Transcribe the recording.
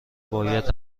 باید